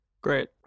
Great